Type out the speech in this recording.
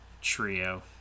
trio